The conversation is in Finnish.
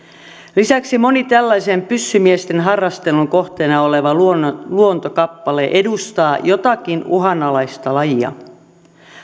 lisäksi moni tällaisen pyssymiesten harrastelun kohteena oleva luontokappale edustaa jotakin uhanalaista lajia